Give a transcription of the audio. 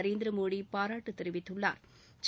நரேந்திர மோடி பாராட்டு தெரிவித்துள்ளாா்